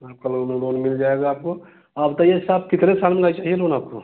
आपका लोन मिल जाएगा आपको आप बताइए साब कितने साल वाला चाहिए लोन आपको